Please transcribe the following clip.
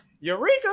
Eureka